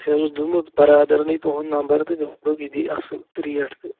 اسہِ حظ اوس دیُتمُت برادرنٕے تُہنٛد نمبر تہٕ دوٚپُکھ یہِ دِیہِ اصٕل ریٹ تہٕ